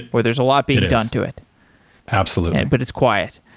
or there's a lot being done to it absolutely but it's quiet.